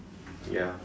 ya